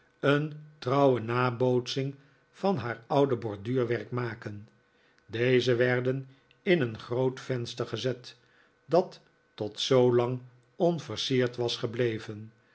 een trouwe nabootsing van haar oude borduurwerk maken deze werden in een groot venster gezet dat tot zoolang onversierd was gebleven